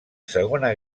segona